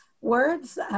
words